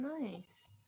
nice